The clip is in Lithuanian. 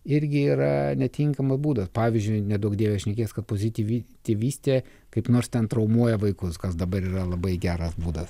irgi yra netinkamo būdo pavyzdžiui neduok dieve šnekės kad pozityvi tėvystė kaip nors ten traumuoja vaikus kas dabar yra labai geras būdas